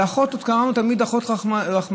לאחות קראנו תמיד "אחות רחמנייה",